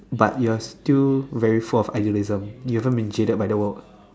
but your still very full of idealism you haven't be jaded by the world